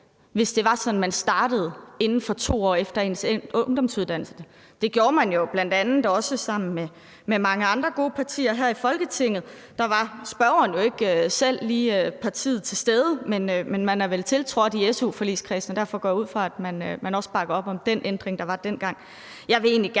hvis det var sådan, at man startede inden for 2 år efter ens ungdomsuddannelse. Det gjorde man jo også sammen med mange andre gode partier her i Folketinget. Der var spørgeren jo ikke selv lige til stede, men man har vel tiltrådt su-forligskredsen, og derfor går jeg ud fra, at man også bakker op om den ændring, der var dengang.